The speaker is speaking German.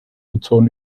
ozon